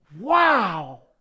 Wow